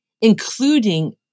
including